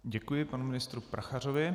Děkuji panu ministru Prachařovi.